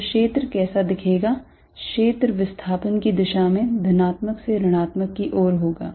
तो क्षेत्र कैसा दिखेगा क्षेत्र विस्थापन की दिशा में धनात्मक से ऋणात्मक की ओर होगा